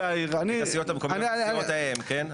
הסיעות המקומיות מסיעות האם, כן?